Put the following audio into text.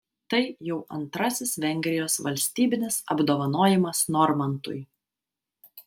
tai jau antrasis vengrijos valstybinis apdovanojimas normantui